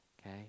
okay